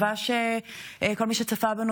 של עזרה הדדית,